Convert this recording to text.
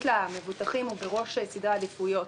למבוטחים נמצא בראש סדרי העדיפויות.